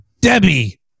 Debbie